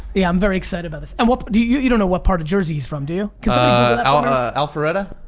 yeah i'm very excited about this and what, do you you you know what part of jersey he's from do you? cause. ah and alpharetta?